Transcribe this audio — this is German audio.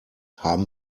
haben